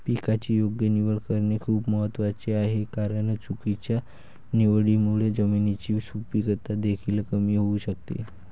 पिकाची योग्य निवड करणे खूप महत्वाचे आहे कारण चुकीच्या निवडीमुळे जमिनीची सुपीकता देखील कमी होऊ शकते